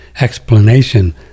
explanation